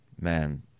man